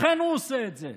לכן הוא עושה את זה.